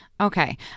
Okay